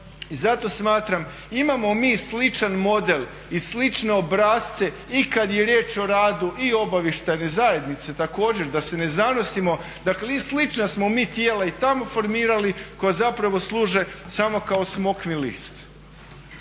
I zato smatram, imamo mi sličan model i slične obrasce i kada je riječ o radu i obavještajne zajednice također, da se ne zanosimo, dakle i slična smo mi tijela i tamo formirali koja zapravo služe samo kao smokvin list.